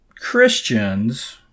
Christians